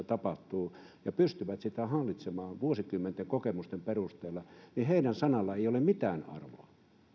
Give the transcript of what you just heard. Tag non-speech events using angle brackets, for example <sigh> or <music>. <unintelligible> tapahtuu ja pystyvät sitä hallitsemaan vuosikymmenten kokemusten perusteella ei ole mitään arvoa ei